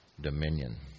dominion